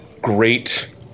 great